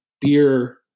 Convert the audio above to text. beer